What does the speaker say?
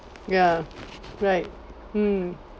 ya right mm